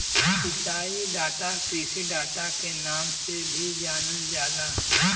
सिंचाई डाटा कृषि डाटा के नाम से भी जानल जाला